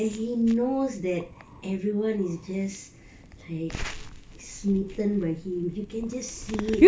and he knows that everyone is just like smitten by him you can just see it